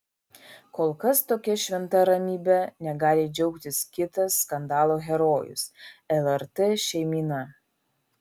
kol kas tokia šventa ramybe negali džiaugtis kitas skandalo herojus lrt šeimyna